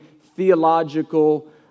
theological